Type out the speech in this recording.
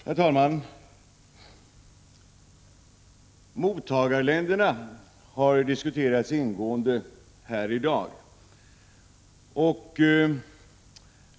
Herr talman! Mottagarländerna har diskuterats ingående här i dag.